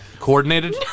coordinated